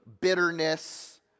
bitterness